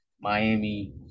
Miami